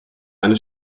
eine